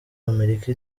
amerika